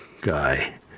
guy